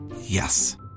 Yes